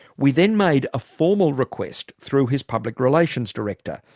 we then made a formal request through his public relations director,